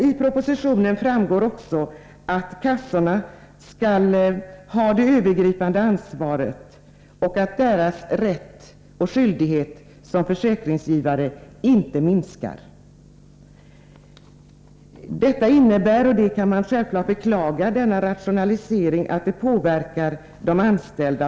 I propositionen framgår också att kassorna skall ha det övergripande ansvaret och att deras rätt och skyldighet som försäkringsgivare inte minskar. Man kan självfallet beklaga att denna rationalisering påverkar de anställda.